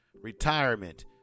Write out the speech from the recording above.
retirement